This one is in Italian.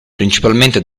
principalmente